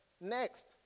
Next